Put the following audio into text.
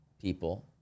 people